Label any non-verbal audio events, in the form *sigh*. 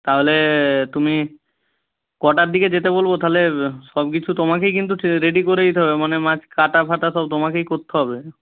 তাহলে তুমি কটার দিকে যেতে বলব তাহলে সব কিছু তোমাকেই কিন্তু *unintelligible* রেডি করে দিতে হবে মানে মাছ কাটা ফাটা সব তোমাকেই করতে হবে